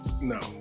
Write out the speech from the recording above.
no